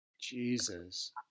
Jesus